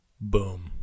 boom